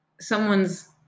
someone's